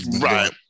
Right